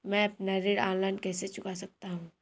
मैं अपना ऋण ऑनलाइन कैसे चुका सकता हूँ?